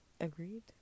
agreed